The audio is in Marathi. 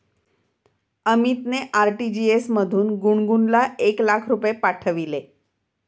अमितने आर.टी.जी.एस मधून गुणगुनला एक लाख रुपये पाठविले